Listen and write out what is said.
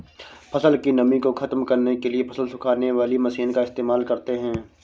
फसल की नमी को ख़त्म करने के लिए फसल सुखाने वाली मशीन का इस्तेमाल करते हैं